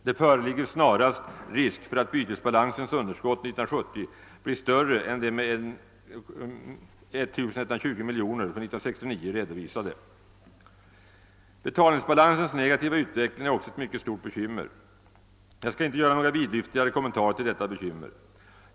Det föreligger snarast risk för att bytesbalansens underskott 1970 blir större än den 1969 redovisade på 1120 miljoner. Betalningsbalansens negativa utveckling är också ett mycket stort bekymmer. Jag skall icke göra några vidlyftigare kommentarer till detta bekymmer.